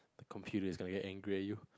the computer is gonna get angry at you